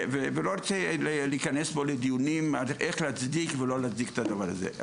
ולא רוצה להיכנס פה לדיונים על איך להצדיק ולא להצדיק את הדבר הזה.